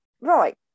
right